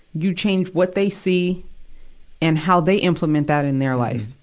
you change what they see and how they implement that in their life.